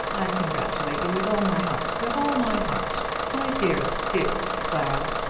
i congratulate you with all my heart with all my heart. my dearest, dearest clara!